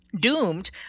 Doomed